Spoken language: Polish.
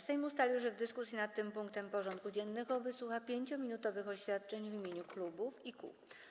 Sejm ustalił, że w dyskusji nad tym punktem porządku dziennego wysłucha 5-minutowych oświadczeń w imieniu klubów i kół.